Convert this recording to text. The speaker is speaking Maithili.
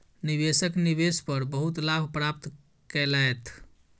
निवेशक निवेश पर बहुत लाभ प्राप्त केलैथ